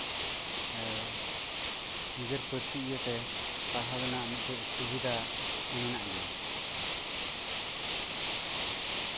ᱱᱤᱡᱮᱨ ᱯᱟᱹᱨᱥᱤ ᱤᱭᱟᱹᱛᱮ ᱯᱟᱲᱦᱟᱣ ᱨᱮᱱᱟᱜ ᱢᱤᱫᱴᱟᱱ ᱥᱩᱵᱤᱫᱷᱟ ᱦᱚᱸ ᱢᱮᱱᱟᱜ ᱜᱮᱭᱟ